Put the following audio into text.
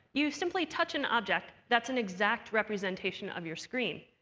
you simply touch an object that's an exact representation of your screen,